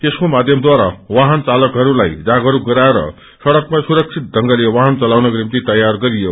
यसको माध्यमबारा वाहन चालकहरुलाई जागस्क गराएर सङ्कमा सुरक्षित ढ़ंगले वाहन चलाउनको निभ्दि तयार गरियो